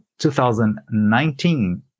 2019